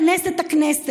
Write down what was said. כנס את הכנסת,